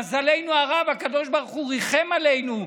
למזלנו הרב הקדוש ברוך הוא ריחם עלינו,